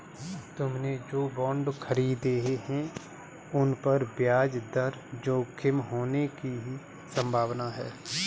तुमने जो बॉन्ड खरीदे हैं, उन पर ब्याज दर जोखिम होने की संभावना है